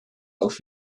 auf